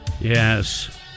Yes